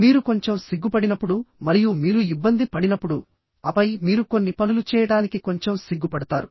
మీరు కొంచెం సిగ్గుపడినప్పుడు మరియు మీరు ఇబ్బంది పడినప్పుడు ఆపై మీరు కొన్ని పనులు చేయడానికి కొంచెం సిగ్గుపడతారు